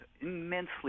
immensely